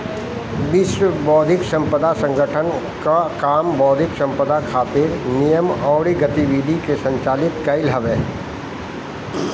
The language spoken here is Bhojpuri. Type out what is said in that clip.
विश्व बौद्धिक संपदा संगठन कअ काम बौद्धिक संपदा खातिर नियम अउरी गतिविधि के संचालित कईल हवे